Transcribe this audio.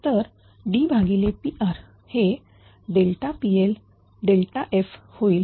तर D भागिले Pr हे PLf होईल